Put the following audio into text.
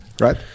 right